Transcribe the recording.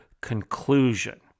conclusion